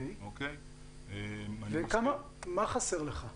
מה חסר לך?